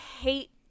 hate